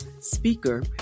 speaker